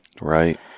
Right